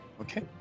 Okay